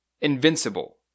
invincible